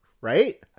Right